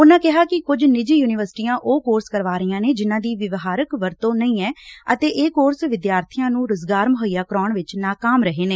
ਉਨਾਂ ਕਿਹਾ ਕਿ ਕੁਝ ਨਿੱਜੀ ਯੁਨੀਵਰਸਿਟੀਆਂ ਉਹ ਕੋਰਸ ਕਰਵਾ ਰਹੀਆਂ ਨੇ ਜਿਨਾਂ ਦੀ ਵਿਵਹਾਰਕ ਵਰਤੋਂ ਨਹੀ ਏ ਅਤੇ ਇਹ ਕੋਰਸ ਵਿਦਿਆਰਬੀਆਂ ਨੂੰ ਰੁਜ਼ਗਾਰ ਮੁਹੱਈਆ ਕਰਾਉਣ ਵਿੱਚ ਨਾਕਾਮ ਰਹੇ ਨੇ